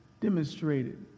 demonstrated